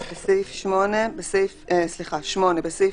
6. סעיף